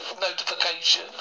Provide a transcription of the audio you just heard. notification